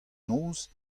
noz